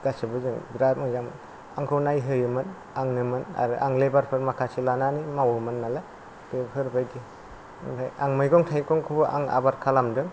गासिबो जों बेराद मोजां आंखौ नायहोयोमोन आंनोमोन आरो आं लेबारफोर माखासे लानानै मावोमोननालाय बेफोरबादि आमफ्राय आं मैगं थाइगंखौबो आं आबाद खालामदों